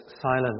silent